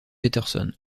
peterson